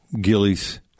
Gillies